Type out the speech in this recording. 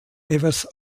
evers